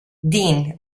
dean